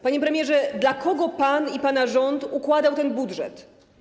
Panie premierze, dla kogo pan i pana rząd układaliście ten budżet?